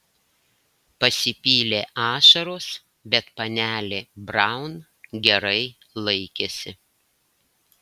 pasipylė ašaros bet panelė braun gerai laikėsi